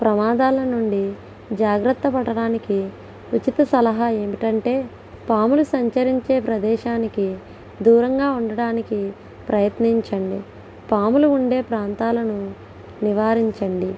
ప్రమాదాల నుండి జాగ్రత్త పడటానికి ఉచిత సలహా ఏమిటంటే పాములు సంచరించే ప్రదేశానికి దూరంగా ఉండడానికి ప్రయత్నించండి పాములు ఉండే ప్రాంతాలను నివారించండి